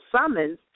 summons